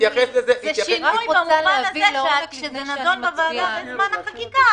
זה שינוי במובן הזה שכשזה נדון בוועדה בזמן החקיקה,